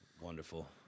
Wonderful